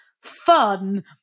fun